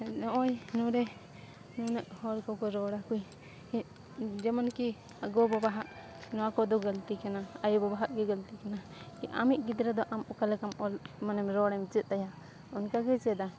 ᱱᱚᱜᱼᱚᱭ ᱱᱚᱸᱰᱮ ᱱᱩᱱᱟᱹᱜ ᱦᱚᱲ ᱠᱚᱠᱚ ᱨᱚᱲᱟ ᱠᱚ ᱡᱮᱢᱚᱱ ᱠᱤ ᱜᱚᱼᱵᱟᱵᱟᱣᱟᱜ ᱱᱚᱣᱟ ᱠᱚᱫᱚ ᱜᱟᱹᱞᱛᱤ ᱠᱟᱱᱟ ᱟᱭᱳᱼᱵᱟᱵᱟᱣᱟᱜ ᱜᱮ ᱜᱟᱹᱞᱛᱤ ᱠᱟᱱᱟ ᱟᱢᱤᱡ ᱜᱤᱫᱽᱨᱟᱹ ᱫᱚ ᱟᱢ ᱚᱠᱟ ᱞᱮᱠᱟᱢ ᱚᱞ ᱢᱟᱱᱮᱢ ᱨᱚᱲᱮᱢ ᱪᱮᱫ ᱟᱭᱟ ᱚᱱᱠᱟᱜᱮᱭ ᱪᱮᱫᱟ